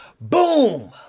Boom